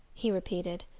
he repeated.